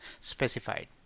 specified